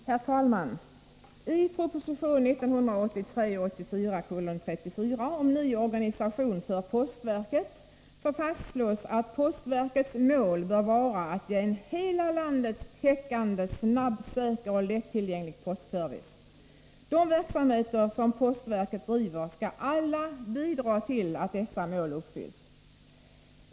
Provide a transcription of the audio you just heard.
Herr talman! I proposition 1983/84:34 om ny organisation för postverket fastslås att postverkets mål bör vara att ge hela landet en täckande, snabb, säker och lättillgänglig postservice. Alla de verksamheter som postverket driver skall bidra till att dessa mål uppfylls.